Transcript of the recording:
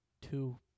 Two